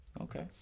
okay